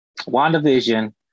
WandaVision